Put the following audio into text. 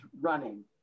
running